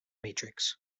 matrix